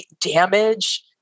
damage